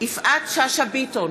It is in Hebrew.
יפעת שאשא ביטון,